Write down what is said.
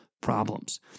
problems